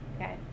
okay